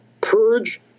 purge